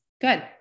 good